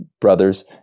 brothers